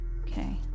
okay